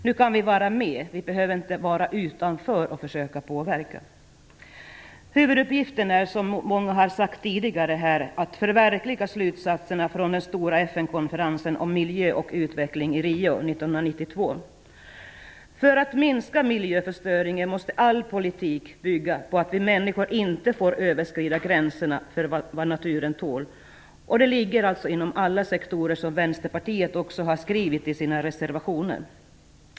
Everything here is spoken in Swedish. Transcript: Nu kan vi vara med - vi behöver inte stå utanför och försöka påverka. Huvuduppgiften är som många har sagt tidigare att förverkliga slutsatserna från den stora FN konferensen om miljö och utveckling i Rio 1992. För att minska miljöförstöringen måste all politik bygga på att vi människor inte får överskrida gränserna för vad naturen tål. Det ligger alltså inom alla sektorer, som Vänsterpartiet har skrivit i sina reservationer.